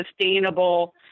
sustainable